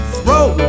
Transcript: Throw